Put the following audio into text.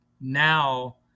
now